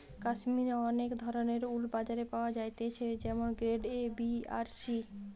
কাশ্মীরের অনেক ধরণের উল বাজারে পাওয়া যাইতেছে যেমন গ্রেড এ, বি আর সি